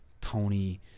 tony